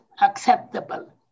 acceptable